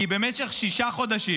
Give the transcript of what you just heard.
כי במשך שישה חודשים